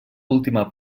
última